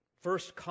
first